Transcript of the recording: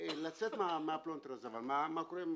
לצאת מהפלונטר הזה, אבל מה קורה עם